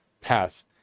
path